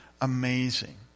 amazing